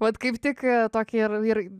vat kaip tik tokie ir vyrai